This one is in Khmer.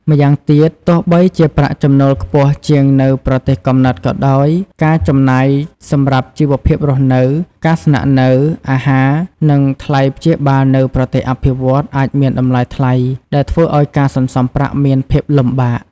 ម្យ៉ាងទៀត ទោះបីជាប្រាក់ចំណូលខ្ពស់ជាងនៅប្រទេសកំណើតក៏ដោយ ការចំណាយសម្រាប់ជីវភាពរស់នៅ ការស្នាក់នៅ អាហារ និងថ្លៃព្យាបាលនៅប្រទេសអភិវឌ្ឍន៍អាចមានតម្លៃថ្លៃ ដែលធ្វើឲ្យការសន្សំប្រាក់មានភាពលំបាក។